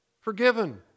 forgiven